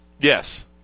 Yes